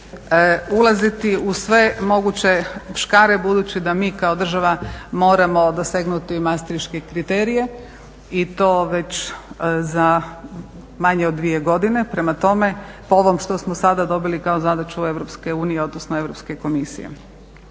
ulaziti u sve moguće škare budući da mi kao država moramo dosegnuti mastriške kriterije i to već za manje od dvije godine. Prema tome, po ovom što smo sada dobili kao zadaću EU, odnosno Europske komisije